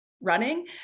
Running